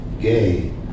gay